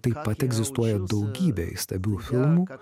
taip pat egzistuoja daugybė įstabių filmų